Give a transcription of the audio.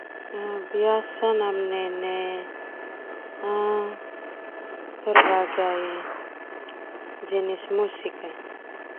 Biasa namanene berbagai jenis musik.